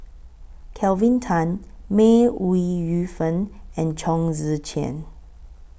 Kelvin Tan May Ooi Yu Fen and Chong Tze Chien